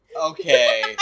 Okay